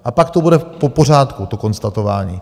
A pak to bude v pořádku, to konstatování.